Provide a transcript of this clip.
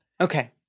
Okay